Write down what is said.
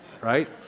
Right